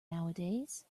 nowadays